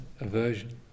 aversion